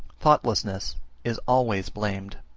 thoughtlessness is always blamed.